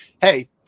hey